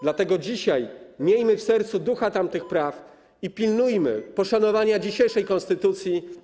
Dlatego dzisiaj miejmy w sercu ducha tamtych praw i pilnujmy poszanowania dzisiejszej konstytucji.